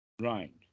Right